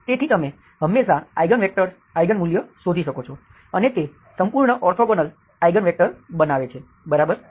તેથી તમે હંમેશા આઈગન વેક્ટર્સ આઈગન મૂલ્ય શોધી શકો છો અને તે સંપૂર્ણ ઓર્થોગોનલ આઈગન વેક્ટર્સ બનાવે છે બરાબર